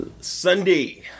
Sunday